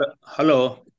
Hello